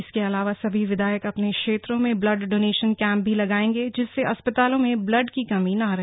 इसके अलावा सभी विधायक अपने क्षेत्रो में ब्लड डोनेशन कैंप भी लगाएंगे जिससे अस्पतालो में ब्लड की कमी न रहे